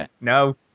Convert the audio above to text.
No